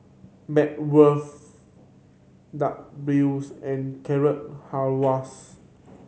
Bratwurst Dak and Carrot Halwas